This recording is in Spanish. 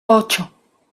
ocho